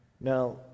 Now